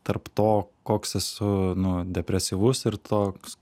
tarp to koks esu nu depresyvus ir toks